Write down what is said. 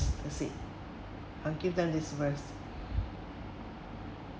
that's it I'll give them this verse